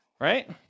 right